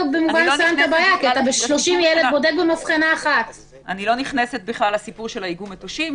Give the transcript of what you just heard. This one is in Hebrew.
אני לא נכנסת לסיפור של איגום מטושים.